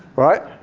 right?